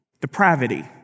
depravity